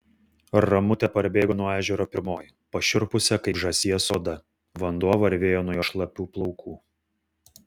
ramutė parbėgo nuo ežero pirmoji pašiurpusia kaip žąsies oda vanduo varvėjo nuo jos šlapių plaukų